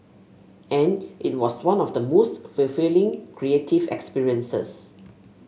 and it was one of the most fulfilling creative experiences